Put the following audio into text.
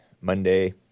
Monday